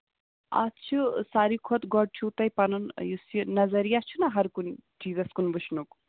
اَتھ چھُ ساروٕے کھۄتہٕ گۄڈٕ چھُو تۄہہِ پَنُن یُس یہِ نَظریہ چھُنہ ہر کُنہِ چیٖزَس کُن وُچھنُک